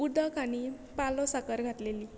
उदक आनी पालो साकर घातलेली